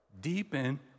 Deepen